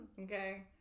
Okay